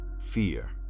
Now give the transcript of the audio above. Fear